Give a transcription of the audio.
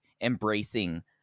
embracing